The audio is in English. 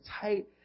tight